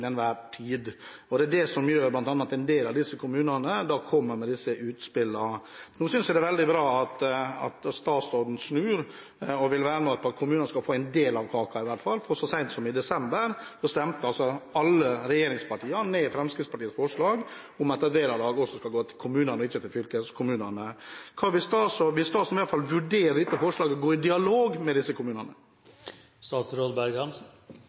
enhver tid. Det er det som gjør bl.a. at en del av disse kommunene kommer med slike utspill. Jeg synes det er veldig bra at statsråden snur og vil være med på at kommunene skal få en del av kaken i hvert fall. Så sent som i desember stemte alle regjeringspartiene ned Fremskrittspartiets forslag om at et vederlag skal gå til kommunene, og ikke til fylkeskommunene. Vil statsråden i hvert fall vurdere forslaget og gå i dialog med disse kommunene?